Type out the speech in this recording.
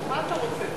אז מה אתה רוצה?